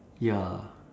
ya